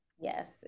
yes